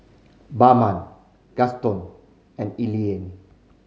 Bama Gaston and Eleni